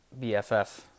BFF